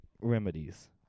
remedies